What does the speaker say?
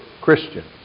Christians